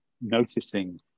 noticing